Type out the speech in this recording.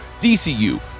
DCU